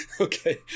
Okay